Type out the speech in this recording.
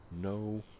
no